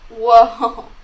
Whoa